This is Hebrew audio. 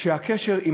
שהקשר של